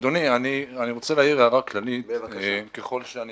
אדוני, אני רוצה להעיר הערה כללית, ככל שאני